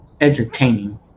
entertaining